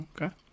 Okay